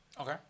Okay